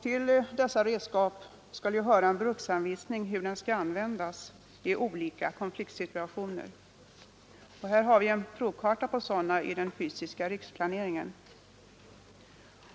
Till dessa redskap skall höra en bruksanvisning som anger hur de skall användas i olika konfliktsituationer. Vi har en provkarta på sådana i den fysiska riksplaneringen.